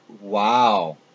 Wow